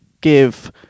give